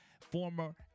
former